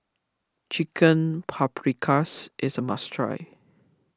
Chicken Paprikas is a must try